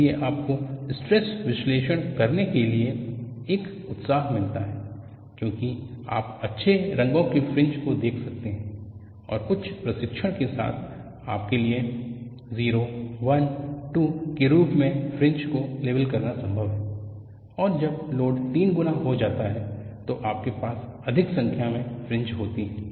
इसलिए आपको स्ट्रेस विश्लेषण करने के लिए एक उत्साह मिलता है क्योंकि आप अच्छे रंगों के फ्रिंज को देख सकते हैं और कुछ प्रशिक्षण के साथ आपके लिए 0 1 2 के रूप में फ्रिंज को लेबल करना संभव है और जब लोड तीन गुना हो जाता है तो आपके पास अधिक संख्या मे फ्रिंज होती है